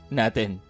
natin